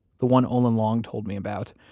the one olin long told me about,